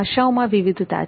ભાષાઓમાં વિવિધતા છે